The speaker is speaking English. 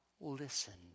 listened